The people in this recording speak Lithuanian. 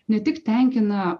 ne tik tenkina